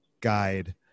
guide